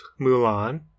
Mulan